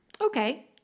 okay